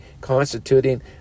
constituting